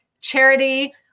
charity